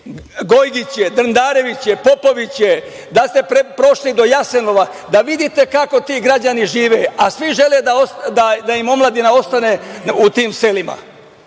Gojgiće, Drndareviće, Popoviće, da li ste prošli do Jasenova, da vidite kako ti građani žive? Svi žele da im omladina ostane u tim selima,